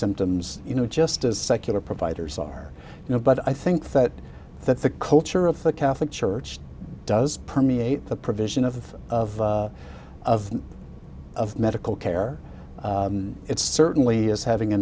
symptoms you know just as secular providers are you know but i think that that the culture of the catholic church does permeate the provision of of of of medical care it certainly is having a